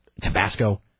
Tabasco